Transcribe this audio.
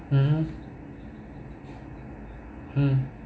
mm mm